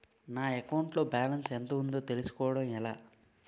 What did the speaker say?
నా అకౌంట్ లో బాలన్స్ ఎంత ఉందో తెలుసుకోవటం ఎలా?